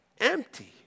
empty